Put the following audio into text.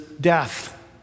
death